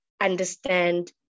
understand